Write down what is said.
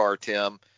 Tim